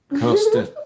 coaster